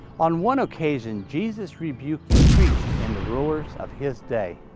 on one occasion, jesus rebuked the priests and rulers of his day.